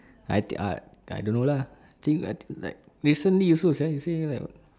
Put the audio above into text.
I did I I don't know lah think I think like recently also sia you say me like [what]